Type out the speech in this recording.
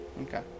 Okay